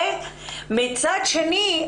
מצד שני,